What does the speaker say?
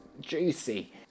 juicy